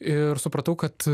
ir supratau kad